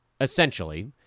essentially